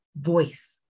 voice